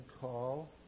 call